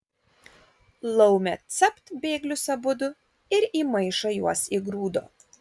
laumė capt bėglius abudu ir į maišą juos įgrūdo